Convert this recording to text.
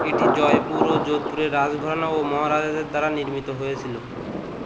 এটি জয়পুর ও যোধপুরের রাজঘরানা ও মহারাজাদের দ্বারা নির্মিত হয়েছিল